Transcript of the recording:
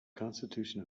constitution